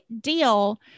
deal